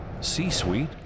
C-Suite